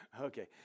okay